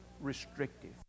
restrictive